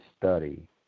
study